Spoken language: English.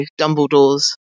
Dumbledore's